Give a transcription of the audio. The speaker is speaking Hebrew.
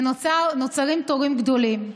ונוצרים תורים גדולים.